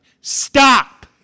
Stop